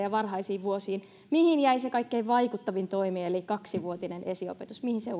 ja varhaisiin vuosiin mihin jäi se kaikkein vaikuttavin toimi eli kaksivuotinen esiopetus mihin se